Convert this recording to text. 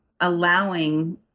allowing